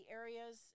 areas